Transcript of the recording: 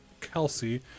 kelsey